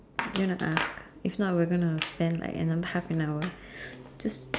you wanna ask if not we're gonna spend like another half an hour just